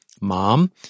Mom